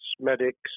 medics